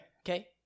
Okay